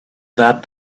that